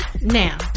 Now